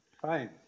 Fine